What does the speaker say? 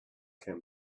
came